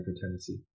Tennessee